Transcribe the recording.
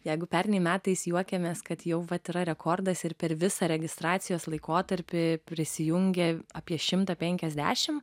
jeigu pernai metais juokiamės kad jau vat yra rekordas ir per visą registracijos laikotarpį prisijungė apie šimtą penkiasdešim